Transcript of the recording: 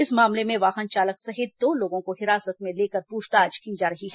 इस मामले में वाहन चालक सहित दो लोगों को हिरासत में लेकर पूछताछ की जा रही है